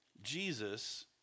Jesus